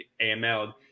AML